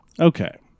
Okay